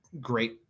great